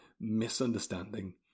misunderstanding